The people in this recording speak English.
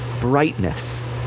brightness